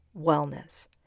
wellness